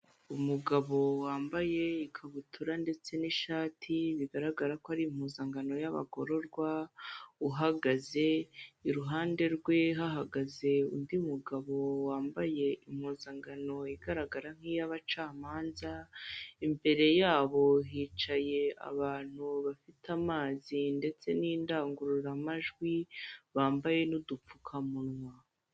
Umugabo wambaye ikabutura ndetse n'ishati bigaragara ko ari impuzanankano y'abagororwa uhagaze, iruhande rwe hahagaze undi mugabo wambaye impuzankano igaragara nk'iy'abacamanza imbere yabo hicaye abantu bafite amazi ndetse n'indangururamajwi bambaye n'udupfukamunwa.